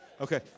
Okay